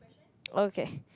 okay